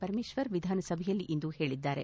ಪರಮೇಶ್ವರ್ ವಿಧಾನಸಭೆಯಲ್ಲಿಂದು ಹೇಳಿದರು